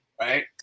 right